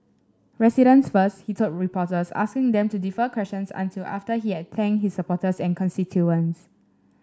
residents first he told the reporters asking them to defer questions until after he had thanked his supporters and constituents